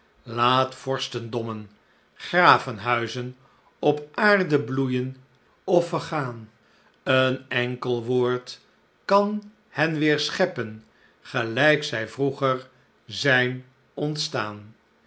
laat vorstendommen sravenhuizen op aarde bloeien of vergaan ben enkel woord kan hen weer scheppen gelijk zij vroeger zijn ontstaan